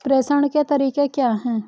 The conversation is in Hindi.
प्रेषण के तरीके क्या हैं?